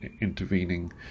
intervening